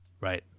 right